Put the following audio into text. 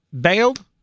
bailed